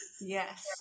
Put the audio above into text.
Yes